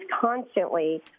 constantly